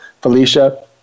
Felicia